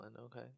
okay